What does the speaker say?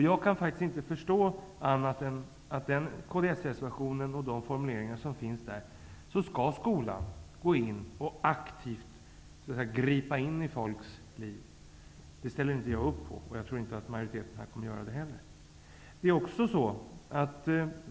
Jag kan faktiskt inte förstå annat av Kdsreservationen och de formuleringar som där finns än att skolan så att säga aktivt skall gripa in i folks liv. Det ställer jag inte upp på, och jag tror inte att en majoritet här gör det.